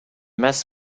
mass